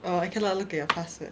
oh I cannot look at your password